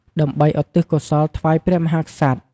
ដើម្បីឧទ្ទិសកុសលថ្វាយព្រះមហាក្សត្រ។